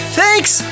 thanks